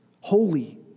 holy